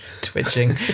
twitching